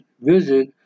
visit